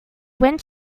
went